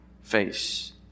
face